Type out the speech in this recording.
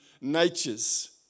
natures